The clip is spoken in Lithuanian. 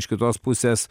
iš kitos pusės